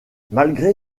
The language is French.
malgré